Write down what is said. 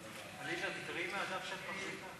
עליזה, את מציגה?